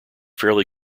fairly